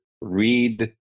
read